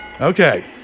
Okay